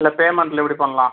இல்லை பேமெண்ட் எப்படி பண்ணலாம்